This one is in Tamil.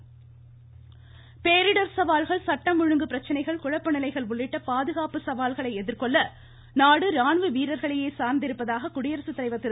குடியரசு தலைவர் பேரிடர் சவால்கள் சட்டம் ஒழுங்கு பிரச்சினைகள் குழப்பநிலைகள் உள்ளிட்ட பாதுகாப்பு சவால்களை எதிர்கொள்ள நாடு ராணுவ வீரர்களையே சார்ந்திருப்பதாக குடியரசுத்தலைவர் திரு